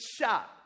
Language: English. shot